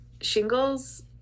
shingles